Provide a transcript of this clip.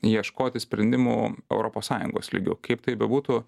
ieškoti sprendimų europos sąjungos lygiu kaip tai bebūtų